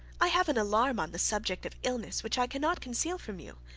i have an alarm on the subject of illness which i cannot conceal from you.